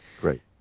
great